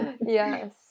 Yes